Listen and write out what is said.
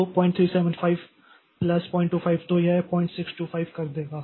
तो 0375 प्लस 025 तो यह 0625 कर देगा